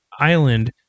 island